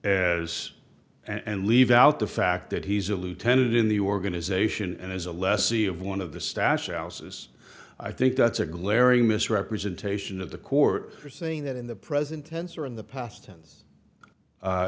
as and leave out the fact that he's a lieutenant in the organization and as a lessee of one of the stache osas i think that's a glaring misrepresentation of the court for saying that in the present tense or in the past tense